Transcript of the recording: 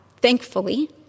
thankfully